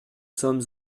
sommes